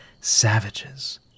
savages